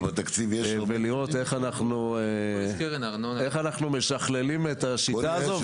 ולראות איך אנחנו משכללים את השיטה הזו.